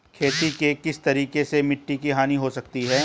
खेती के किस तरीके से मिट्टी की हानि हो सकती है?